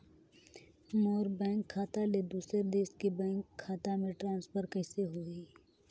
मोर bank खाता ले दुसर देश के बैंक खाता मे ट्रांसफर कइसे होही?